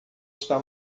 está